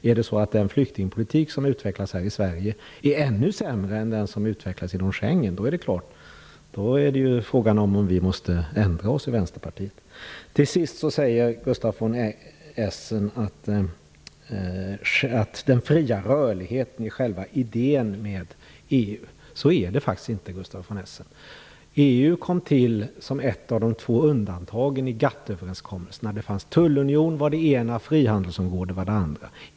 Är det så att den flyktingpolitik som utvecklas i Sverige är ännu sämre än den som utvecklas inom Schengen, då är frågan om vi inte måste ändra oss i Gustaf von Essen säger att den fria rörligheten är själva idén med EU. Så är det faktiskt inte. EU kom till som ett av de två undantagen i GATT överenskommelsen. Tullunionen var det ena, frihandelsavtalet var det andra.